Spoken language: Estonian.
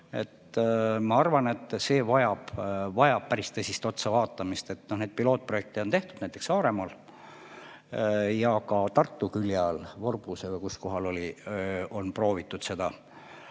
Ma arvan, et see vajab päris tõsist otsa vaatamist. Pilootprojekte on tehtud, näiteks Saaremaal. Ja ka Tartu külje all, Vorbuse või kus kohal see oligi, on proovitud seda.